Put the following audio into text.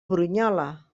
brunyola